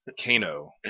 Kano